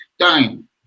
time